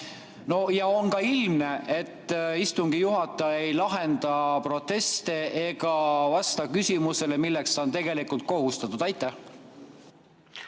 ja on ka ilmne, et istungi juhataja ei lahenda proteste ega vasta küsimusele, milleks ta on tegelikult kohustatud? Ma